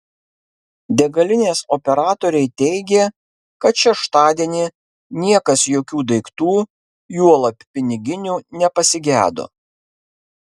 degalinės operatoriai teigė kad šeštadienį niekas jokių daiktų juolab piniginių nepasigedo